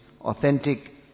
authentic